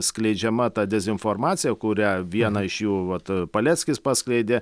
skleidžiama ta dezinformacija kurią vieną iš jų vat paleckis paskleidė